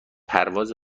پرواز